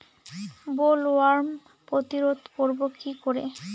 Bollworm প্রতিরোধ করব কি করে?